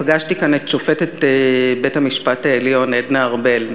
פגשתי כאן את שופטת בית-המשפט העליון עדנה ארבל.